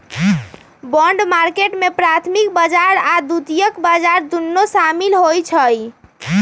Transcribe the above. bond market में प्राथमिक बजार आऽ द्वितीयक बजार दुन्नो सामिल होइ छइ